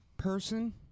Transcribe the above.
person